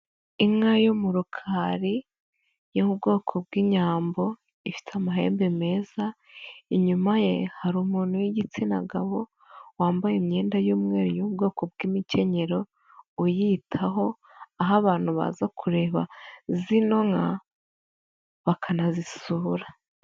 Inka yo mu rukari y'ubwoko bw'inyambo, ifite amahembe meza, inyuma ye hari umuntu w'igitsina gabo wambaye imyenda y'umweru y'ubwoko bw'imikenyero uyitaho, aho abantu baza kureba zino nka bakanazisura.